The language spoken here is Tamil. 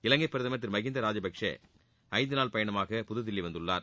இலங்கை பிரதமர் திரு மஹிந்த ராஜபக்சே ஐந்து நாள் பயணமாக புதுதில்லி வந்துள்ளார்